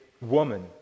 woman